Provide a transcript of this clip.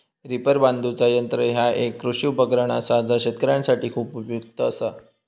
reaper बांधुचा यंत्र ह्या एक कृषी उपकरण असा जा शेतकऱ्यांसाठी खूप उपयुक्त असा